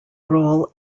role